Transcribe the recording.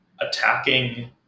attacking